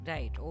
Right